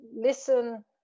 listen